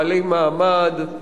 בעלי מעמד,